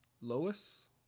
Lois